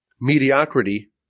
Mediocrity